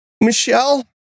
Michelle